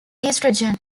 estrogen